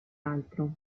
altro